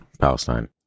Palestine